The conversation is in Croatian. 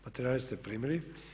Materijale ste primili.